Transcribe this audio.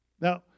Now